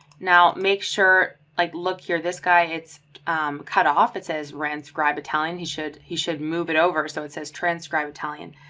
now make sure like look here, this guy, it's cut off, it says transcribe italian he should, he should move it over. so it says transcribe italian.